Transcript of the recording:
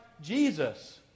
Jesus